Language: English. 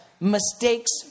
mistakes